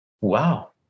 Wow